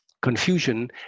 confusion